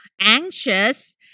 anxious